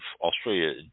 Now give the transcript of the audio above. Australia